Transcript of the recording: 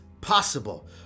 possible